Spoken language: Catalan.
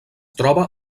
troba